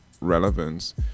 relevance